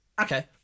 Okay